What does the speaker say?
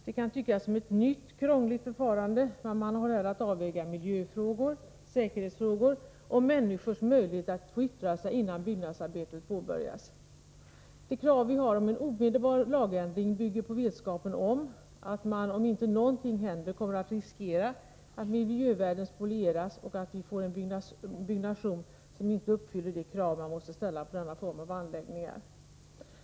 Det kan tyckas som ett nytt krångligt förfarande, men man har här att avväga miljöfrågor, säkerhetsfrågor och människors möjlighet att yttra sig innan byggnadsarbetet påbörjas. Det krav vi har på en omedelbar lagändring bygger på vetskapen om att man, om inte någonting händer, kommer att riskera att miljövärden spolieras och att man får en byggnation som inte uppfyller de krav som måste ställas på denna form av anläggningar.